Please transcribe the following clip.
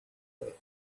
her